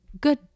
good